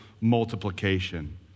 multiplication